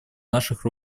наших